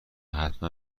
حتما